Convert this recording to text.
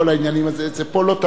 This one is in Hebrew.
פה זה לא תמיד נכון.